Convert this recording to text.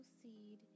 proceed